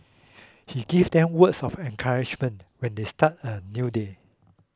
he gives them words of encouragement when they start a new day